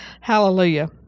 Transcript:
Hallelujah